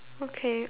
okay